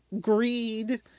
Greed